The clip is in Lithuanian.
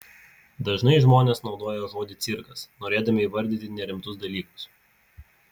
dažnai žmonės naudoja žodį cirkas norėdami įvardyti nerimtus dalykus